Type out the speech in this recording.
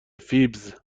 فیبز